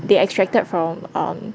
they extracted from um